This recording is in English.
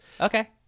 Okay